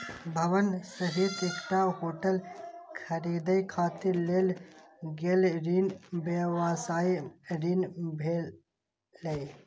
भवन सहित एकटा होटल खरीदै खातिर लेल गेल ऋण व्यवसायी ऋण भेलै